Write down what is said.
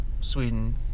Sweden